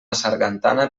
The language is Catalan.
sargantana